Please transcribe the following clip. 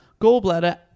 gallbladder